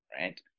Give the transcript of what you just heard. right